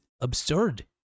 absurd